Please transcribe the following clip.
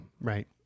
Right